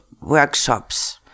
workshops